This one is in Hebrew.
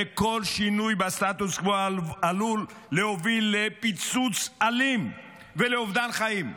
וכל שינוי בסטטוס קוו עלול להוביל לפיצוץ אלים ולאובדן חיים.